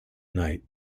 night